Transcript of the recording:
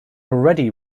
already